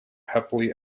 happily